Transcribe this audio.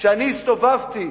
כשאני הסתובבתי